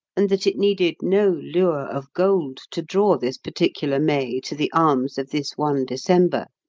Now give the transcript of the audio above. and that it needed no lure of gold to draw this particular may to the arms of this one december.